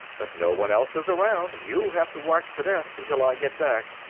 but no one else is around, you'll have to watch the desk until i get back.